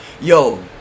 Yo